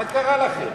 מה קרה לכם?